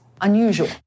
unusual